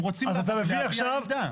הם רוצים להביע עמדה.